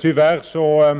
Tyvärr